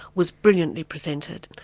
was brilliantly presented.